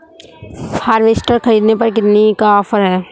Harvester ख़रीदने पर कितनी का ऑफर है?